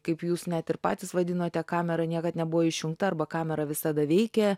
kaip jūs net ir patys vadinote kamera niekad nebuvo išjungta arba kamera visada veikė